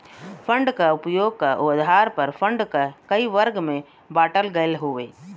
fund क उपयोग क आधार पर फण्ड क कई वर्ग में बाँटल गयल हउवे